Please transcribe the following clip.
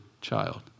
child